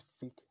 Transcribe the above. fake